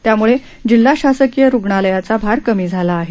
त्यामुळे जिल्हा शासकिय रुग्णालयाचा भार कमी झाला आहे